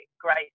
great